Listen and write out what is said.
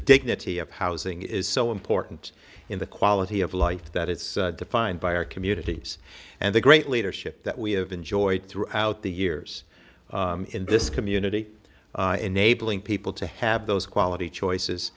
dignity of housing is so important in the quality of life that it's defined by our communities and the great leadership that we have enjoyed throughout the years in this community enabling people to have those quality choices